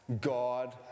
God